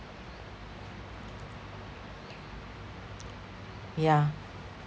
yeah